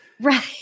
Right